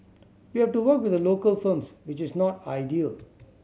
we have to work with the local firms which is not ideal